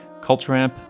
CultureAmp